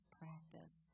practice